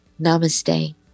namaste